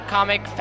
Comic